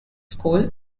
school